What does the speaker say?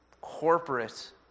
corporate